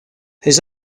his